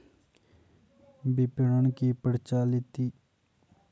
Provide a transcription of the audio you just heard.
विपणन की प्रचलित प्रणाली कौनसी है?